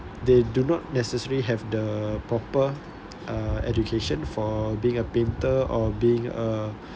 they do not necessarily have the proper uh education for being a painter or being a